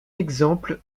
exemple